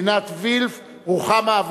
22 בעד, אין מתנגדים, אין נמנעים.